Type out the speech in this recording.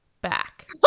back